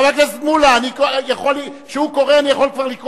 חבר הכנסת מולה, כשהוא קורא אני כבר יכול לקרוא